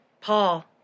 Paul